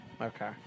Okay